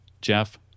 Jeff